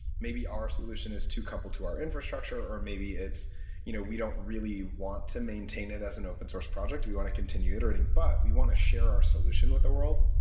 maybe our solution is to couple to our infrastructure, or maybe you know we don't really want to maintain it as an open-source project. we want to continue iterating, but we want to share our solution with the world.